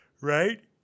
Right